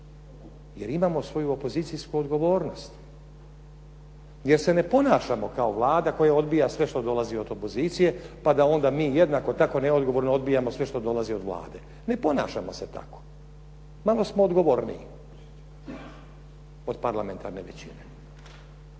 jer imamo svoju opozicijsku odgovornost, jer se ne ponašamo kao Vlada koja odbija sve što dolazi od opozicije pa da onda mi jednako tako neodgovorno odbijamo sve što dolazi od Vlade. Ne ponašamo se tako. Malo smo odgovorniji od parlamentarne većine.